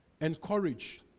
encourage